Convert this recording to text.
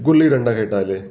गुली डंडा खेळटाले